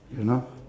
you know